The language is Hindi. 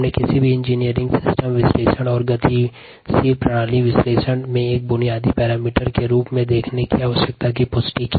हमने अभियांत्रिकी तंत्र विश्लेषण और गतिशील तंत्र विश्लेषण में ताप निर्जमीकरण को आधारभूत मापदंड के रूप में देखने आवश्यकता की पुष्टि की